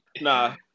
Nah